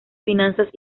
finanzas